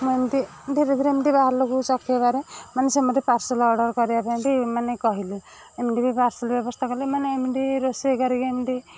ମୁଁ ଏମିତି ଧୀରେ ଧୀରେ ଏମିତି ବାହାର ଲୋକଙ୍କୁ ଚଖେଇବାରେ ମାନେ ସେ ମତେ ପାର୍ସଲ ଅର୍ଡ଼ର କରିବା ପାଇଁ ବି ମାନେ କହିଲେ ଏମିତି ବି ପାର୍ସଲ ବ୍ୟବସ୍ଥା କଲି ମାନେ ଏମିତି ରୋଷେଇ କରିକି ଏମିତି